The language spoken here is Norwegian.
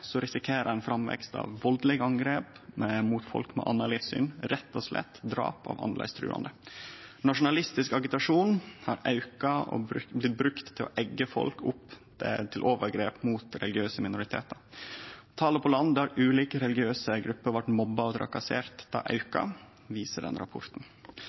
risikerer ein framvekst av valdelege angrep mot folk med eit anna livssyn, rett og slett drap av annleis truande. Nasjonalistisk agitasjon har auka og blir brukt til å eggje folk opp til overgrep mot religiøse minoritetar. Talet på land der ulike religiøse grupper blei mobba og trakasserte, har auka, viser denne rapporten.